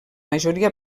majoria